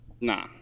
Nah